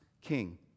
king